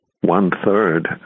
one-third